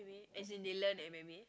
as in they learn and memory